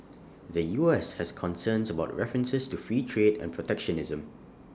the U S has concerns about references to free trade and protectionism